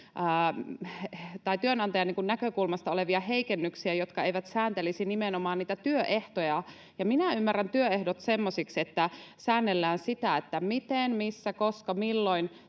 työnantajan näkökulmasta heikennyksiä, jotka sääntelisivät nimenomaan niitä työehtoja. Ja minä ymmärrän työehdot semmoisiksi, että säännellään sitä, miten, missä, koska, milloin